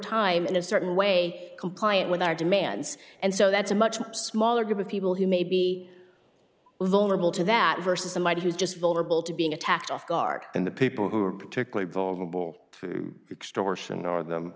time in a certain way compliant with our demands and so that's a much much smaller group of people who may be vulnerable to that versus somebody who's just vulnerable to being attacked off guard and the people who are particularly vulnerable extortion or the